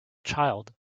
child